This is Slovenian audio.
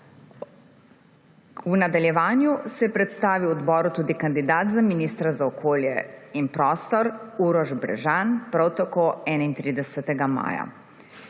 V nadaljevanju se je predstavil odboru tudi kandidat za ministra za okolje in prostor Uroš Brežan, prav tako 31. maja